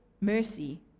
mercy